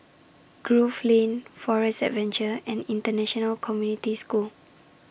Grove Lane Forest Adventure and International Community School